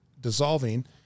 dissolving